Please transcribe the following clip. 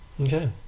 Okay